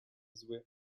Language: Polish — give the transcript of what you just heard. zły